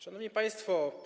Szanowni Państwo!